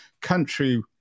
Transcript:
country